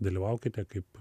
dalyvaukite kaip